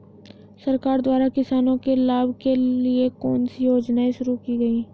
सरकार द्वारा किसानों के लाभ के लिए कौन सी योजनाएँ शुरू की गईं?